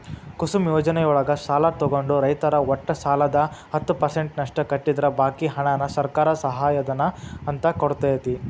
ಕುಸುಮ್ ಯೋಜನೆಯೊಳಗ ಸಾಲ ತೊಗೊಂಡ ರೈತರು ಒಟ್ಟು ಸಾಲದ ಹತ್ತ ಪರ್ಸೆಂಟನಷ್ಟ ಕಟ್ಟಿದ್ರ ಬಾಕಿ ಹಣಾನ ಸರ್ಕಾರ ಸಹಾಯಧನ ಅಂತ ಕೊಡ್ತೇತಿ